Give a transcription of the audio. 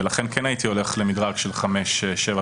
ולכן כן הייתי הולך למדרג של חמש שנים,